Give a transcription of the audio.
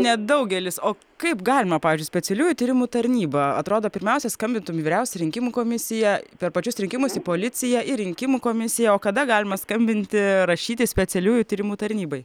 nedaugelis o kaip galima pavyzdžiui specialiųjų tyrimų tarnyba atrodo pirmiausia skambintum į vyriausią rinkimų komisiją per pačius rinkimus į policiją į rinkimų komisiją o kada galima skambinti rašyti specialiųjų tyrimų tarnybai